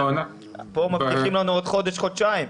פה מבטיחים לנו בעוד חודש, חודשיים.